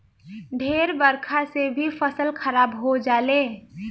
ढेर बरखा से भी फसल खराब हो जाले